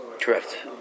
Correct